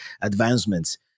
advancements